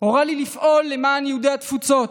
והורה לי לפעול למען יהודי התפוצות